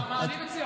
לדיון בוועדה.